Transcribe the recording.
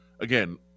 again